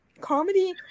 comedy